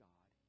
God